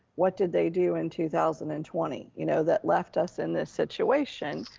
what did they do in two thousand and twenty? you know, that left us in this situation.